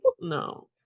no